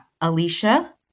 Alicia